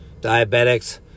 Diabetics